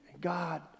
God